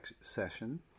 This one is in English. session